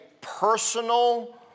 personal